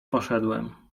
poszedłem